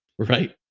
right?